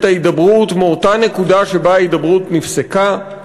ההידברות מאותה נקודה שבה ההידברות נפסקה,